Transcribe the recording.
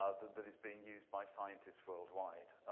ah that is being used by scientists worldwide.